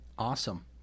Awesome